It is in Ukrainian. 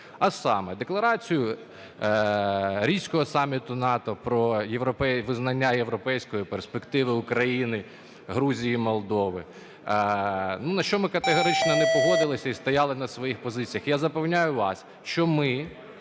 а саме Декларацію Ризького саміту НАТО про визнання європейської перспективи України, Грузії і Молдови. На що ми категорично не погодились і стояли на своїх позиціях. Я запевняю вас, що ми